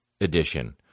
edition